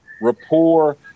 rapport